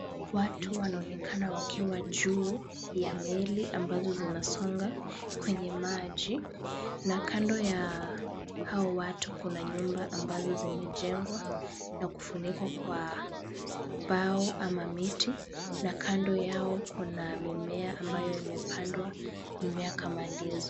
Watu wanaonekana wakiwa juu ya meli ambazo zinasonga kwenye maji na kando ya hao watu kuna nyumba ambazo zimejengwa na kufunikwa kwa bao ama miti na kando yao kuna mimea ambayo imepandwa, mmea kama ndizi.